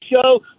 show